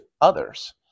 others